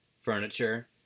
furniture